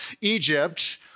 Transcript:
Egypt